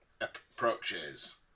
approaches